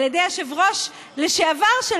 על ידי היושב-ראש שלה לשעבר,